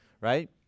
right